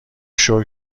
شکر